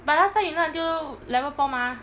but last time you learn until level four mah